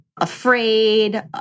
Afraid